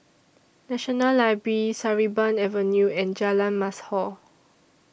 National Library Sarimbun Avenue and Jalan Mashor